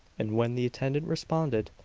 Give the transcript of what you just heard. and when the attendant responded,